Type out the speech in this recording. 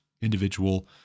individual